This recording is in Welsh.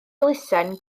elusen